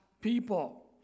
people